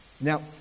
Now